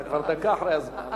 אבל כבר דקה אחרי הזמן.